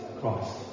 Christ